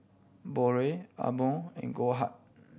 Biore Amore and Goldheart